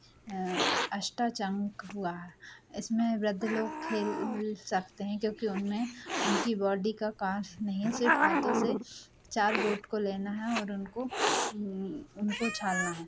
अष्टाचंक हुआ इसमें वृद्ध लोग खेल सकते हैं क्योंकि उनमें उनकी बॉडी का कांफ़ नहीं है सिर्फ़ हाथों से चार गोट को लेना है और उनको उनको उछालना है